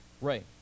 Right